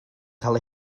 cael